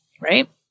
right